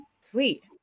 Sweet